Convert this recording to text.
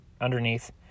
underneath